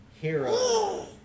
hero